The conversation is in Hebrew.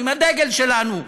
עם הדגל שלנו,